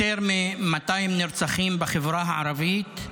יותר מ-200 נרצחים בחברה הערבית.